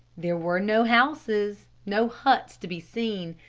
there were no houses, no huts to be seen,